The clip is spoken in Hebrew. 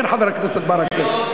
כן, חבר הכנסת ברכה.